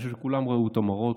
כולם ראו את המראות,